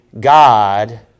God